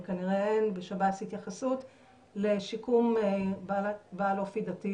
וכנראה אין בשב"ס התייחסות לשיקום בעל אופי דתי